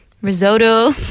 Risotto